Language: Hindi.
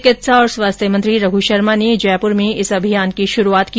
चिकित्सा और स्वास्थ्य मंत्री रघ शर्मा ने जयपुर में इस अभियान की शुरूआत की